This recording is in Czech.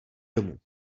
domů